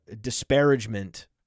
disparagement